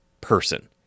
person